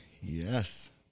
Yes